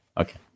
Okay